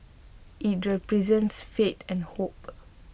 IT represents faith and hope